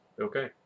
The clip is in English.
Okay